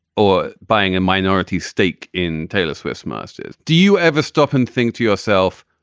or buying a minority stake in taylor swift's masters, do you ever stop and think to yourself,